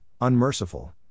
unmerciful